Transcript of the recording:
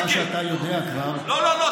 את מה שאתה כבר יודע, שלא אחת, לא לא לא.